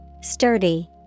Sturdy